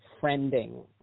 friending